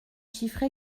chiffre